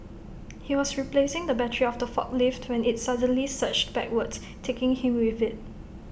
he was replacing the battery of the forklift when IT suddenly surged backwards taking him with IT